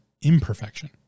imperfection